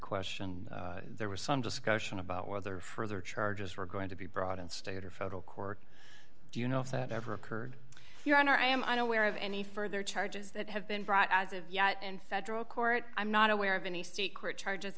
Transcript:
question there was some discussion about whether further charges were going to be brought in state or federal court do you know if that ever occurred your honor i am unaware of any further charges that have been brought as of yet in federal court i'm not aware of any state court charges